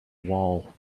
wall